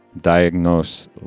Diagnose